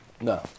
No